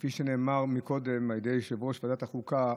כפי שנאמר קודם על ידי יושב-ראש ועדת החוקה,